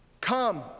Come